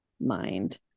mind